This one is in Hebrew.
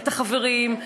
את החברים,